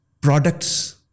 products